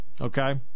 Okay